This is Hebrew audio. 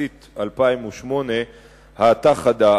ממחצית 2008 האטה חדה,